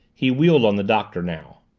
he wheeled on the doctor now.